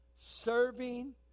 serving